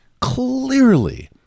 clearly